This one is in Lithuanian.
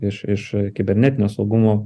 iš iš kibernetinio saugumo